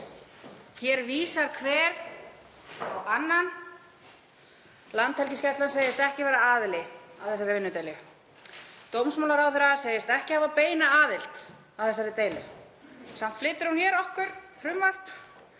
Hér vísar hver á annan. Landhelgisgæslan segist ekki vera aðili að þessari vinnudeilu. Dómsmálaráðherra segist ekki hafa beina aðild að þessari deilu. Samt flytur hún okkur frumvarp